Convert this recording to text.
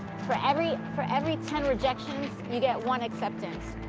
for every for every ten rejections you get one acceptance.